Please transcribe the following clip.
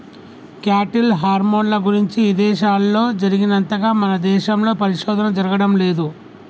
cattle హార్మోన్ల గురించి ఇదేశాల్లో జరిగినంతగా మన దేశంలో పరిశోధన జరగడం లేదు